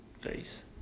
face